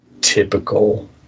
typical